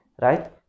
Right